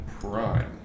Prime